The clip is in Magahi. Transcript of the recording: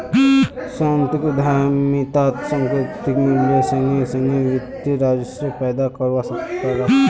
सांस्कृतिक उद्यमितात सांस्कृतिक मूल्येर संगे संगे वित्तीय राजस्व पैदा करवार ताकत रख छे